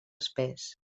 espès